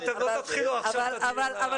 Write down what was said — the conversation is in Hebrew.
אתם לא תתחילו עכשיו את הדיון ה --- אבל נלך